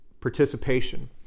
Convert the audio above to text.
participation